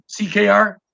ckr